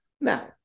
Now